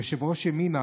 יושב-ראש ימינה,